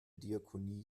diakonie